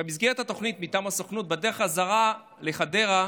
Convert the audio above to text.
במסגרת התוכנית מטעם הסוכנות, בדרך חזרה לחדרה,